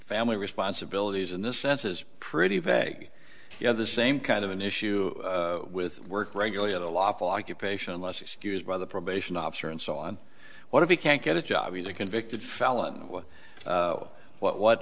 family responsibilities in this sense is pretty vague you know the same kind of an issue with work regularly at a lawful occupation unless excused by the probation officer and so on what if he can't get a job he's a convicted felon what what what what